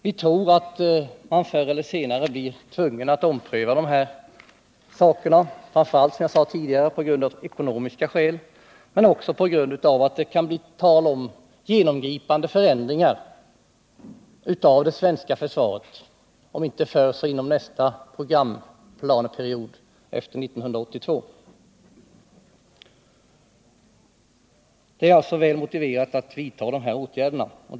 Vi tror att man förr eller senare kommer att bli tvungen att ompröva dessa frågor, framför allt — som jag tidigare sade — av ekonomiska skäl, men också på grund av att det kan bli nödvändigt med genomgripande förändringar av det svenska försvaret, om inte förr så inom nästa programplaneperiod efter 1982. Det är alltså väl motiverat att dessa åtgärder vidtas.